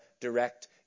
direct